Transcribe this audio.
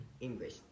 English